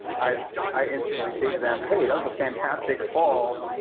i i instantly say to them hey, that was a fantastic fall.